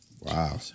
Wow